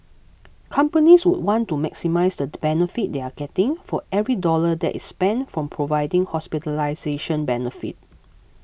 companies would want to maximise the benefit they are getting for every dollar that is spent from providing hospitalisation benefit